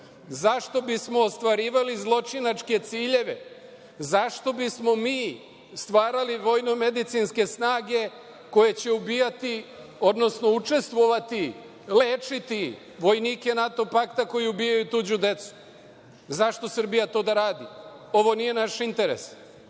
Zašto bismo ostvarivali zločinačke ciljeve? Zašto bismo mi stvarali vojnomedicinske snage koje će ubijati, odnosno učestvovati, lečiti vojnike NATO pakta koji ubijaju tuđu decu? Zašto Srbija to da radi? Ovo nije naš interes.